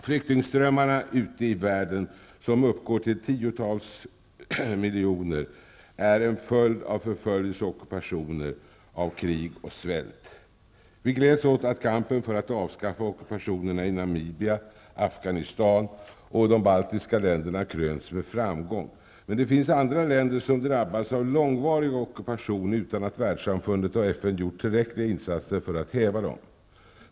Flyktingströmmarna ute i världen, som uppgår till tiotals miljoner, är en följd av förföljelse och ockupationer och av krig och svält. Vi gläds åt att kampen för att avskaffa ockupationerna i Namibia, Afghanistan och de baltiska länderna krönts med framgång. Men det finns andra länder som drabbats av långvarig ockupation utan att världssamfundet och FN gjort tillräckliga insatser för att häva dem.